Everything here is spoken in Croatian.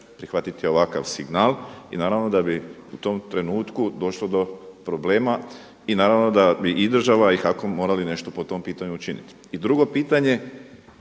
prihvatiti ovakav signal i naravno da bi u tom trenutku došlo do problema i naravno da bi i država i HAKOM morali po tom pitanju nešto učiniti. I drugo pitanje